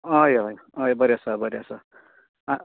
हय हय हय बरे आसा बरे आसा हय आ